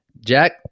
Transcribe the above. jack